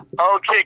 Okay